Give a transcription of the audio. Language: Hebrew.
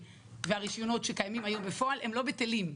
והרישיונות שקיימים היום בפועל לא בטלים.